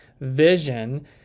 vision